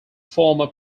former